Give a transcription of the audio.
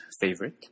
favorite